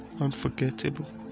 unforgettable